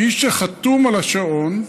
האיש שחתום על השעון,